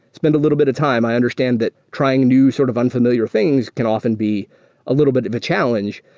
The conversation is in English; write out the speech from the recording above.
spend a little bit of time. i understand that trying new sort of unfamiliar things can often be a little bit of a challenge.